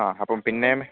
ആ അപ്പം പിന്നേയും